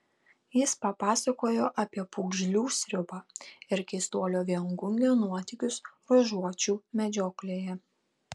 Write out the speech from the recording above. jis papasakojo apie pūgžlių sriubą ir keistuolio viengungio nuotykius ruožuočių medžioklėje